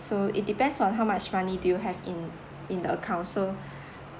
so it depends on how much money do you have in in the account so